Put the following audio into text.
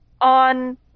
on